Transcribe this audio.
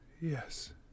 Yes